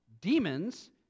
demons